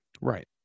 right